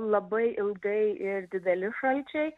labai ilgai ir dideli šalčiai